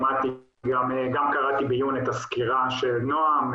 שמעתי וגם קראתי בעיון את הסקירה של נעם,